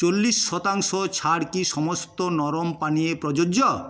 চল্লিশ শতাংশ ছাড় কি সমস্ত নরম পানীয়ে প্রযোজ্য